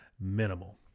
minimal